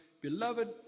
beloved